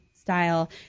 style